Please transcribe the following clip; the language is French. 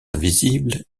invisible